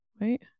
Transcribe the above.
right